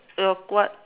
uh what